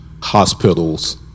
hospitals